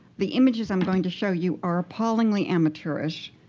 the images i'm going to show you are appallingly amateurish.